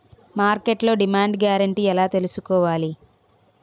మార్కెట్లో demand guarantee ఎలా తెల్సుకోవాలి?